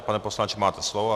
Pane poslanče, máte slovo.